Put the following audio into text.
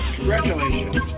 Congratulations